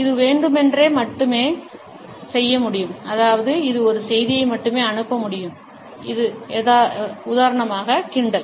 இது வேண்டுமென்றே மட்டுமே செய்ய முடியும் அதாவது இது ஒரு செய்தியை மட்டுமே அனுப்ப முடியும் கிண்டல்